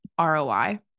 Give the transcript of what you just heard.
ROI